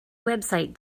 website